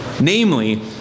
Namely